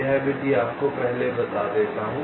यह विधि आपको पहले बता देता हूँ